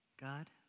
God